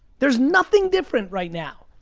there's nothing different right now.